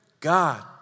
God